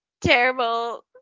terrible